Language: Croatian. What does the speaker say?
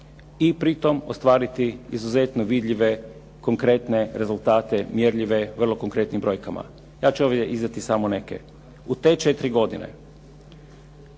i pritom ostvariti izuzetno vidljive konkretne rezultate mjerljive vrlo konkretnim brojkama. Ja ću ovdje iznijeti samo neke. U te četiri godine